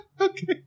Okay